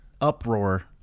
uproar